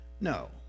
No